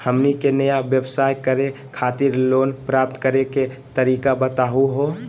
हमनी के नया व्यवसाय करै खातिर लोन प्राप्त करै के तरीका बताहु हो?